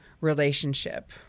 relationship